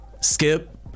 skip